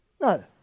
No